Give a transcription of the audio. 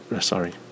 sorry